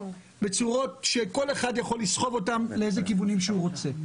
וכל אחד יכול לסחוב אותם לאיזה כיוונים שהוא רוצה.